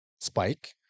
spike